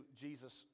Jesus